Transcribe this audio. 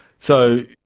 so,